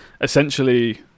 essentially